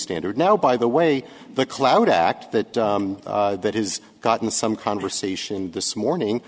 standard now by the way the cloud act that that has gotten some conversation this morning